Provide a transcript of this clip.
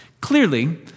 clearly